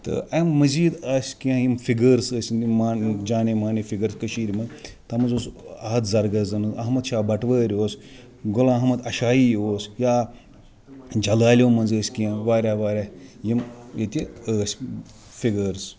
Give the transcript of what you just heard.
تہٕ امہِ مٔزیٖد ٲسۍ کینٛہہ یِم فِگٲرٕس ٲسۍ یِم جانے مانے فِگٲرٕس کٔشیٖرِ منٛز تَتھ منٛز اوس اَحد زَرگر زن اوس احمد شاہ بَٹوٲرۍ اوس غُلام احمد اشٲیی اوس یا جَلالٮ۪و منٛز ٲسۍ کینٛہہ واریاہ واریاہ یِم ییٚتہِ ٲسۍ فِگٲرٕس